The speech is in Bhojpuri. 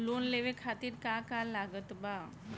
लोन लेवे खातिर का का लागत ब?